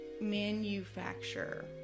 manufacture